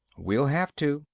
we'll have to,